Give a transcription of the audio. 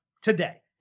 today